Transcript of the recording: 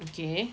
okay